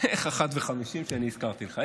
איך 1:50 כשאני הזכרתי לך?